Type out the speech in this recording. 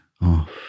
off